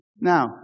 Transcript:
Now